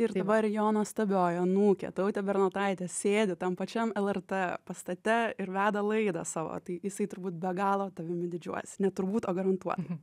ir dabar jo nuostabioji anūkė tautė bernotaitė sėdi tam pačiam lrt pastate ir veda laidą savo tai jisai turbūt be galo tavimi didžiuojasi ne turbūt o garantuotai